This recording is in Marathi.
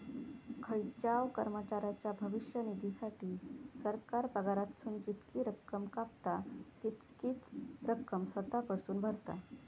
खायच्याव कर्मचाऱ्याच्या भविष्य निधीसाठी, सरकार पगारातसून जितकी रक्कम कापता, तितकीच रक्कम स्वतः कडसून भरता